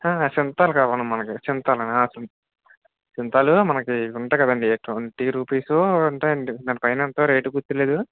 సింథాల్ కావు అండి మనజు సింథాల్ చి సింథాల్ మనకు ఇది ఉంటాయి కదండి ట్వంటీ రూపీస్ ఉంటాయండి దానిపైన ఎంతో రేటు గుర్తులేదు